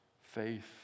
faith